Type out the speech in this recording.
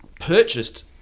purchased